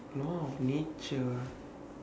law of nature